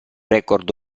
record